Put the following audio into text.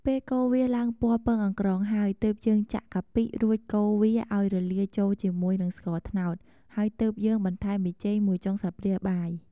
ពេលកូរវាឡើងពណ៌ពងអង្ក្រងហើយ ទើបយើងចាក់កាពិរួចកូរវាឱ្យរលាយចូលជាមួយនិងស្ករត្នោត ហើយទើបយើងបន្ថែមប៊ីចេងមួយចុងស្លាបព្រាបាយ។